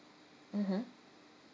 mmhmm